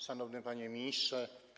Szanowny Panie Ministrze!